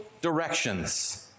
directions